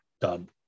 done